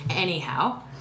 Anyhow